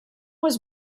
was